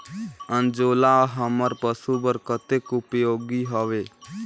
अंजोला हमर पशु बर कतेक उपयोगी हवे?